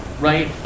right